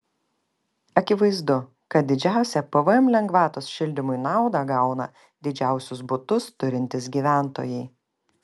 akivaizdu kad didžiausią pvm lengvatos šildymui naudą gauna didžiausius butus turintys gyventojai